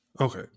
Okay